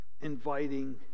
inviting